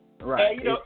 Right